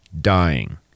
dying